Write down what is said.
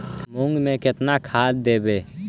मुंग में केतना खाद देवे?